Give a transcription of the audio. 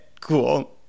cool